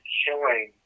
killing